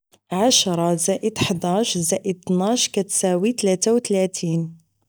عشرة زائد احداش زائد تناش كتساوي تلاتة و تلاتين